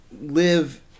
live